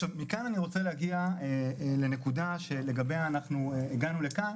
מכאן אני רוצה להגיע לנקודה שלגביה אנחנו הגענו לכאן